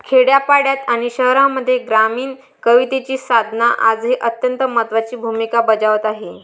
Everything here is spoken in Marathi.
खेड्यापाड्यांत आणि शहरांमध्ये ग्रामीण कवितेची साधना आजही अत्यंत महत्त्वाची भूमिका बजावत आहे